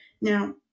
Now